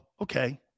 Okay